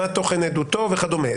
מה תוכן עדותו וכדומה.